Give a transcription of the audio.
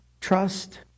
trust